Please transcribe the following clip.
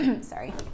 sorry